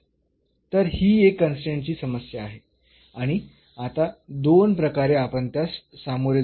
तर ही एक कन्स्ट्रेन्टची समस्या आहे आणि आता दोन प्रकारे आपण त्यास सामोरे जाऊ